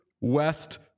west